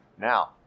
Now